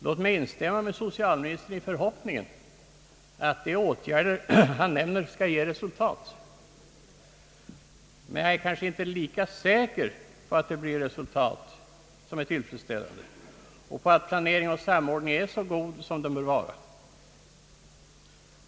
Jag vill instämma i socialministerns förhoppning att de åtgärder han nämner skall ge resultat, men jag är kanske inte lika säker på att det blir tillfredsställande resultat och att planering och samordning är tillräckligt bra.